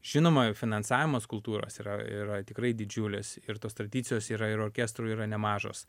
žinoma finansavimas kultūros yra yra tikrai didžiulis ir tos tradicijos yra ir orkestrų yra nemažos